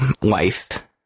life